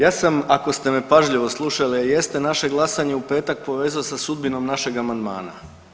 Ja sam ako ste me pažljivo slušali, a jeste naše glasanje u petak povezao sa sudbinom našeg amandmana.